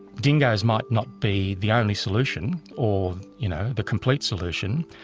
dingoes might not be the only solution or you know the complete solution,